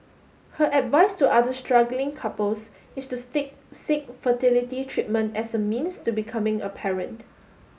her advice to other struggling couples is to seek fertility treatment as a means to becoming a parent